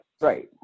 right